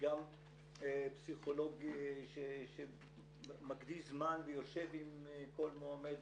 גם פסיכולוג שמקדיש זמן ויושב עם כל מועמדת.